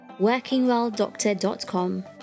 workingwelldoctor.com